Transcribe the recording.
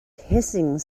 hissing